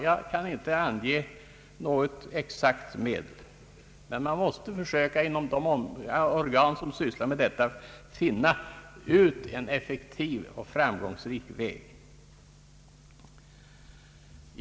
Jag kan inte ange något exakt medel, men inom de organ där man sysslar med detta måste man försöka finna en effektiv och framgångsrik väg.